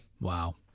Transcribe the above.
Wow